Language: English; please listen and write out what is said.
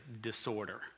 disorder